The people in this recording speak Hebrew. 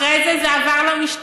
אחרי זה זה עבר למשטרה